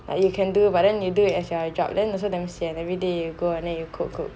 but you can do but then you do it as you job then also damn sian every day you go then you code code code